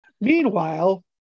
Meanwhile